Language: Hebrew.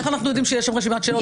איך אנחנו יודעים שיש שם רשימת שאלות?